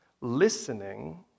Listening